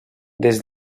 des